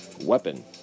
weapon